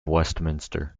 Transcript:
westminster